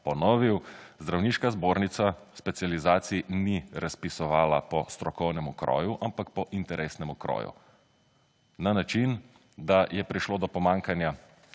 ponovil. Zdravniška zbornica specializacij ni razpisovala po strokovnemu kroju, ampak po interesnemu kroju na način, da je prišlo do pomanjkanja